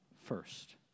First